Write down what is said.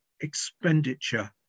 expenditure